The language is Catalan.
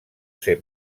ser